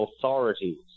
authorities